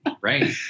Right